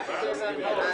הישיבה נעולה.